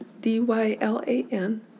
D-Y-L-A-N